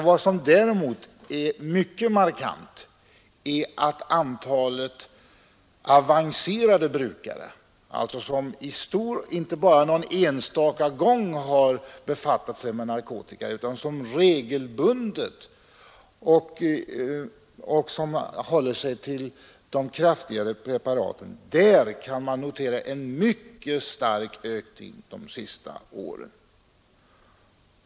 Vad som däremot är mycket markant är att när det gäller avancerade brukare — alltså sådana som inte bara någon enstaka gång har befattat sig med narkotika utan som regelbundet använder narkotika och då tar till de kraftigare preparaten — har det skett en mycket stark ökning under de senaste åren.